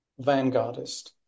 vanguardist